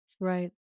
right